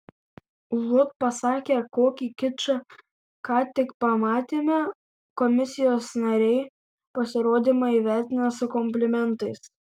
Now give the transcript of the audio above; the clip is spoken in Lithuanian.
užuot pasakę kokį kičą ką tik pamatėme komisijos nariai pasirodymą įvertina su komplimentais